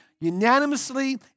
unanimously